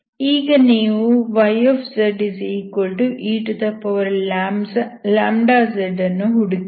ಈಗ ನೀವು yzeλz ಅನ್ನು ಹುಡುಕಿರಿ